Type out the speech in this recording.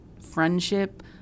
friendship